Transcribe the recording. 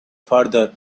farther